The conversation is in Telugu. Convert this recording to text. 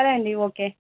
సరే అండి ఓకే